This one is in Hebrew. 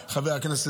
מבושל.